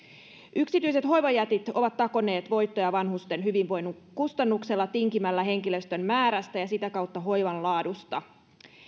yksityiset hoivajätit ovat takoneet voittoja vanhusten hyvinvoinnin kustannuksella tinkimällä henkilöstön määrästä ja sitä kautta hoivan laadusta